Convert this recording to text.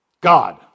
God